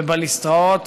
בבליסטראות